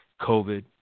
COVID